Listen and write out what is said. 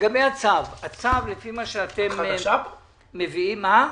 את חדשה כאן?